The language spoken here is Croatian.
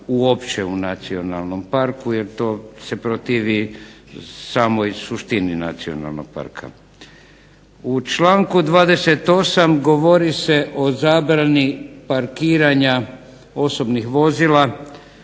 uopće u nacionalnom parku jer to se protivi samoj suštini nacionalnog parka. U članku 28. govori se o zabrani parkiranja osobnih vozila